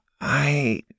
I